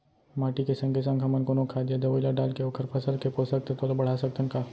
माटी के संगे संग हमन कोनो खाद या दवई ल डालके ओखर फसल के पोषकतत्त्व ल बढ़ा सकथन का?